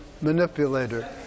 manipulator